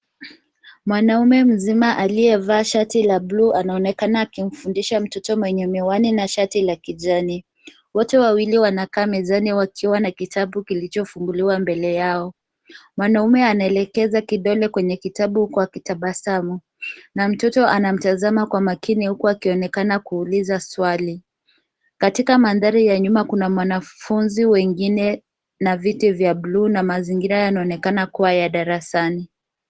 Mwanamume mzima aliyevaa shati la bluu anaonekana akimfundisha mtoto mwenye miwani na shati la kijani. Wote wawili wanakaa mezani wakiwa na kitabu kilichofunguliwa mbele yao. Mwanamume anaelekeza kidole kwenye kitabu huku akitabasamu na mtoto anamtazama kwa makini huku akionekana kuuliza swali. Katika mandhari ya nyuma kuna mwanafunzi wengine na viti vya bluu na mazingira yanaonekana kuwa ya darasani.